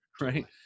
right